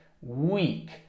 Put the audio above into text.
weak